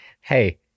Hey